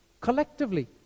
collectively